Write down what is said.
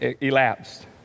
elapsed